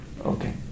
Okay